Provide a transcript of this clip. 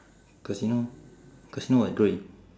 casino casino what grey